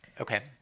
Okay